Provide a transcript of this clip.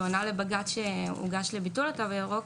שענה לבג"ץ שהוגש על ביטול התו הירוק,